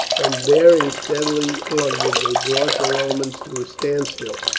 and bearing steadily onward they brought the romans to a standstill,